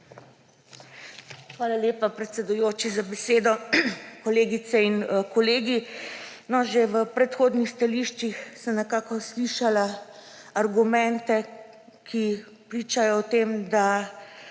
Hvala lepa, predsedujoči, za besedo. Kolegice in kolegi! Že v predhodnih stališčih sem slišala argumente, ki pričajo o tem, da